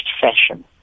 fashion